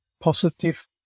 positive